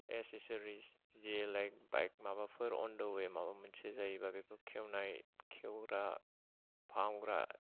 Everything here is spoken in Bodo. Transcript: एक्सेस'रिस जे लाइक माबाफोर अन दा वे माबा मोनसे जायोबा बेखौ खेवनाय खेवग्रा फाहामग्रा